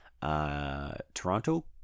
Toronto